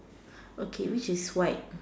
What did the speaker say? okay which is white